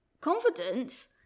confident